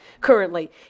currently